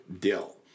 Dill